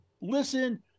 Listen